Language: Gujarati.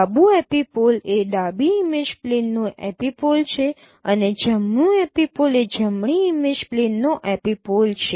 ડાબું એપિપોલ એ ડાબી ઇમેજ પ્લેનનો એપિપોલ છે અને જમણું એપિપોલ એ જમણી ઇમેજ પ્લેનનો એપિપોલ છે